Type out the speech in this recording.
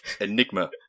enigma